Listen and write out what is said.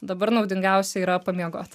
dabar naudingiausia yra pamiegot